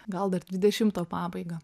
gal dar dvidešimto pabaigą